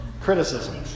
Criticism